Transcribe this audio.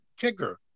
kicker